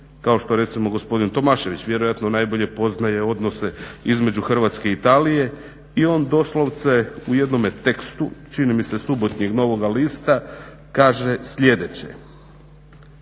kao što recimo gospodin Tomašević vjerojatno najbolje poznaje odnose između Hrvatske i Italije i on doslovce u jednome tekstu čini mi se subotnjeg Novoga Lista kaže sljedeće: